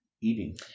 eating